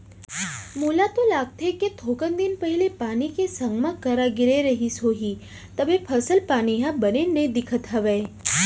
मोला तो लागथे कि थोकन दिन पहिली पानी के संग मा करा गिरे रहिस होही तभे फसल पानी ह बने नइ दिखत हवय